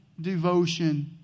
devotion